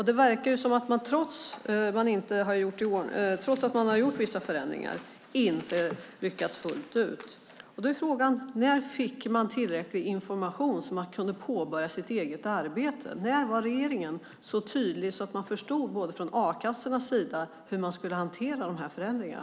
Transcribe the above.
Det verkar som att man, trots att man gjort vissa förändringar, inte lyckats fullt ut. Då är frågan: När fick man tillräcklig information så att man kunde påbörja sitt eget arbete? När var regeringen så tydlig att man förstod från a-kassornas sida hur man skulle hantera de här förändringarna?